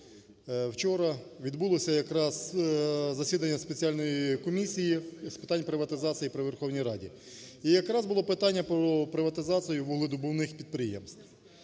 вчора, відбулося якраз засідання Спеціальної комісії з питань приватизації при Верховній Раді. І якраз було питання про приватизацію вугледобувних підприємств.